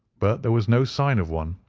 but there was no sign of one.